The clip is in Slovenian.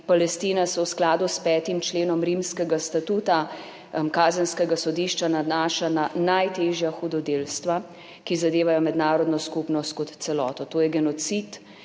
Palestina, se v skladu s 5. členom Rimskega statuta Mednarodnega kazenskega sodišča nanašajo na najtežja hudodelstva, ki zadevajo mednarodno skupnost kot celoto, to so genocid,